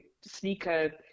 sneaker